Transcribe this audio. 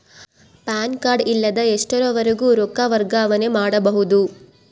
PAN card ಇಲ್ಲದ ಎಷ್ಟರವರೆಗೂ ರೊಕ್ಕ ವರ್ಗಾವಣೆ ಮಾಡಬಹುದು?